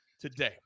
today